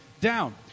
down